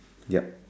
yep